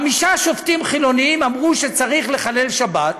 חמישה שופטים חילונים אמרו שצריך לחלל שבת,